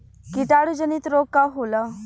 कीटाणु जनित रोग का होला?